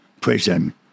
Prison